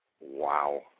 Wow